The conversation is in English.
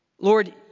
Lord